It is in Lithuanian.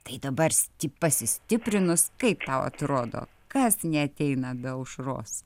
tai dabar sti pasistiprinus kaip tau atrodo kas neateina be aušros